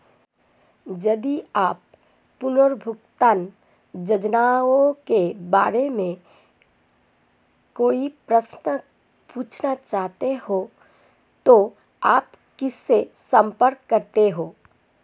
यदि आप पुनर्भुगतान योजनाओं के बारे में कोई प्रश्न पूछना चाहते हैं तो आप किससे संपर्क करते हैं?